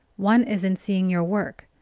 one is in seeing your work,